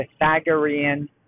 Pythagorean